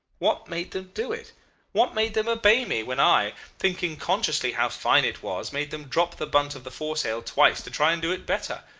what made them do it what made them obey me when i, thinking consciously how fine it was, made them drop the bunt of the foresail twice to try and do it better?